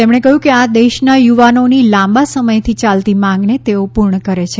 તેમણે કહ્યું આ દેશના યુવાનોની લાંબા સમયથી ચાલતી માંગને તેઓ પૂર્ણ કરે છે